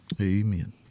Amen